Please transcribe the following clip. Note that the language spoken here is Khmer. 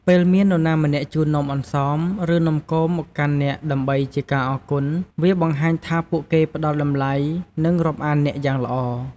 ពេលមាននរណាម្នាក់ជូននំអន្សម ឬ នំគមមកកាន់អ្នកដើម្បីជាការអរគុណ វាបង្ហាញថាពួកគេផ្ដល់តម្លៃ និងរាប់អានអ្នកយ៉ាងល្អ។